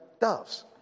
doves